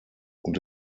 und